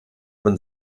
man